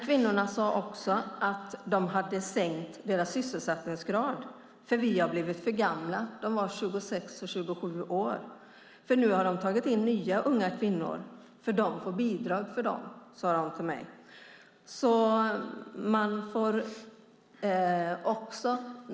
Kvinnorna sade också att man hade sänkt deras sysselsättningsgrad för att de blivit för gamla. De var 26 och 27 år. Nu har man nämligen tagit in nya unga kvinnor, för dem får man bidrag för, berättade de för mig.